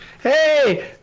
Hey